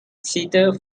seated